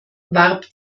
warb